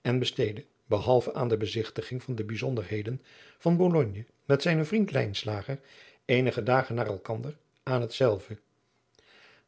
en besteedde behalve aan de bezigtiging van de bijzonderheden van bologne met zijnen vriend lijnslager eenige dagen na elkander aan hetzelve